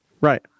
Right